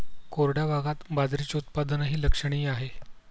कोरड्या भागात बाजरीचे उत्पादनही लक्षणीय आहे